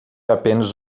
apenas